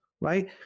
right